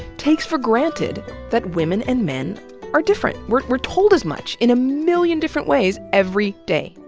takes for granted that women and men are different. we're we're told as much in a million different ways every day.